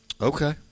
Okay